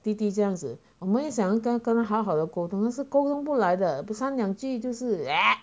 弟弟这样子我们也想跟他好好的沟通可是沟通不来的不到三两句就是诶